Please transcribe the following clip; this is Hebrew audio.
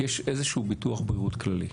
יש איזשהו ביטוח בריאות כללי.